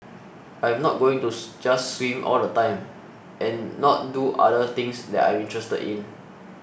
I'm not going to just swim all the time and not do other things that I am interested in